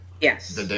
Yes